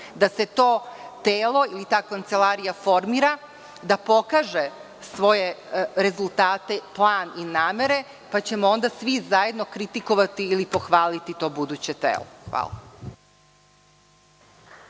da se to telo ili ta kancelarija formira, da pokaže svoje rezultate, plan i namere, pa ćemo onda svi zajedno kritikovati ili pohvaliti to buduće telo. Hvala.